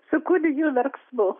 su kūdikio verksmu